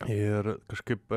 ir kažkaip